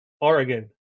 Oregon